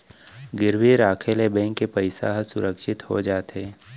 गिरवी राखे ले बेंक के पइसा ह सुरक्छित हो जाथे